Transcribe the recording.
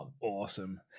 awesome